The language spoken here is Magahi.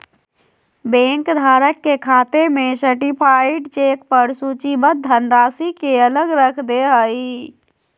बैंक धारक के खाते में सर्टीफाइड चेक पर सूचीबद्ध धनराशि के अलग रख दे हइ